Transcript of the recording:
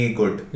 good